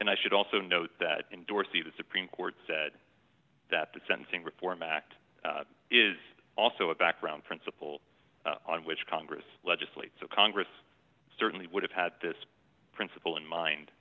and i should also note that in dorsey the supreme court said that the sentencing reform act is also a background principle on which congress legislate so congress certainly would have had this principle in mind